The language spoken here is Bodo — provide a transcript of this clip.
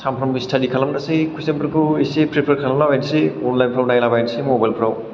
सानफ्रामबो सिथादि खालामनोसै खुइसनफोरखौ इसे फ्रेफियार खालामला बायनोसै अनलाइनफ्राव नायला बायसै मबाइलफ्राव